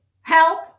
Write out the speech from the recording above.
help